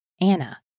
anna